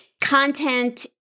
content